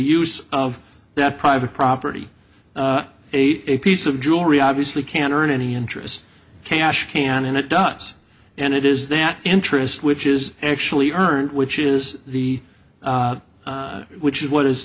use of that private property ate a piece of jewelry obviously can earn any interest cash can and it does and it is that interest which is actually earned which is the which is what is